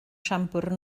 siambr